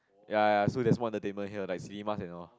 ya ya so there's more entertainment here like cinema and all